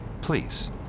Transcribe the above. Please